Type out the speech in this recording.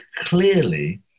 clearly